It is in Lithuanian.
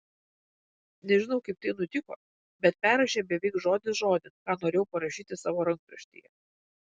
nežinau kaip tai nutiko bet perrašei beveik žodis žodin ką norėjau parašyti savo rankraštyje